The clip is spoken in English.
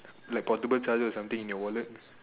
like portable charger or something in your wallet